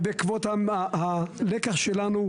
ובעקבות הלקח שלנו,